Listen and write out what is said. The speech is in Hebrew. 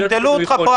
הפיילוט הוא פשרה.